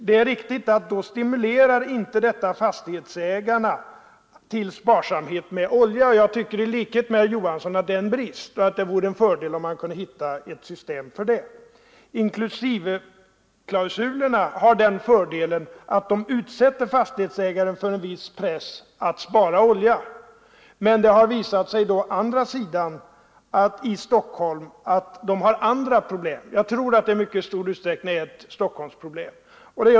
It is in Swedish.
Det är riktigt att detta inte stimulerar fastigheterna till sparsamhet med olja, och jag tycker i likhet med herr Olof Johansson att det är en brist och att det vore en fördel om man kunde hitta ett system för att avhjälpa den. Inklusiveklausulerna har den fördelen att de utsätter fastighetsägarna för en viss press att spara olja. Men det har å andra sidan visat sig i Stockholm att de är förenade med andra problem. Jag tror att det i mycket stor utsträckning här gäller Stockholmsproblem.